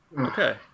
okay